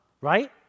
right